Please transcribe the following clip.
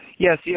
Yes